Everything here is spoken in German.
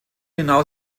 hinaus